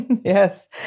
Yes